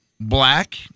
black